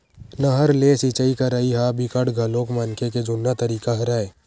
नहर ले सिचई करई ह बिकट घलोक मनखे के जुन्ना तरीका हरय